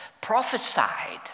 prophesied